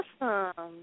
Awesome